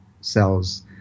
cells